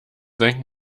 senken